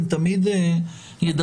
הם תמיד ידברו,